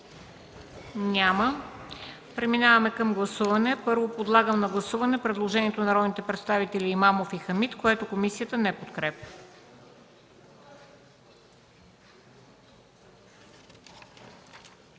Няма. Преминаваме към гласуване. Първо, подлагам на гласуване предложението от народните представители Имамов и Хамид, което комисията не подкрепя.